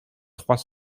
trois